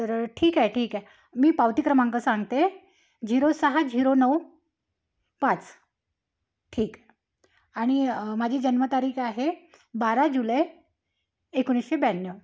तर ठीक आहे ठीक आहे मी पावती क्रमांक सांगते झिरो सहा झिरो नऊ पाच ठीक आणि माझी जन्मतारीख आहे बारा जुलै एकोणीसशे ब्याण्णव